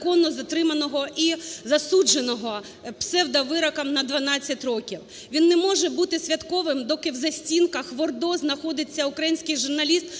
незаконно затриманого і засудженого псевдовироком на 12 років. Він не може бути святковим, доки в застінках в ОРДО знаходиться український журналіст,